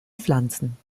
pflanzen